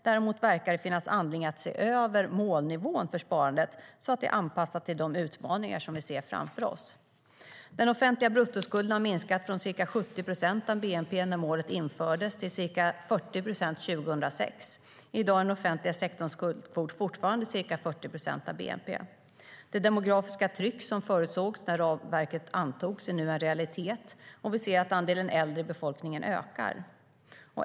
Däremot verkar det finnas anledning att se över målnivån för sparandet så att det är anpassat till de utmaningar som vi ser framför oss. Den offentliga bruttoskulden har minskat från ca 70 procent av bnp när målet infördes till ca 40 procent 2006. I dag är den offentliga sektorns skuldkvot fortfarande ca 40 procent av bnp. Det demografiska tryck som förutsågs när ramverket antogs är nu en realitet. Vi ser att andelen äldre i befolkningen ökar.